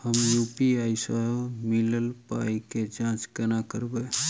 हम यु.पी.आई सअ मिलल पाई केँ जाँच केना करबै?